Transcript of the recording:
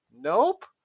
Nope